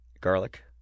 garlic